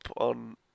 on